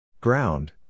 Ground